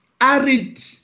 arid